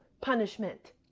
punishment